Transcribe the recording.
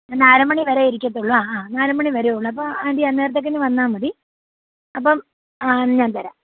നാല് മണിവരെ ഇരിക്കത്തൊള്ളു ആ ആ നാല് മണിവരെ ഉള്ളൂ അപ്പം ആൻ്റി അന്നേരത്തേക്കിന് വന്നാൽ മതി അപ്പം ആ ഞാൻ തരാം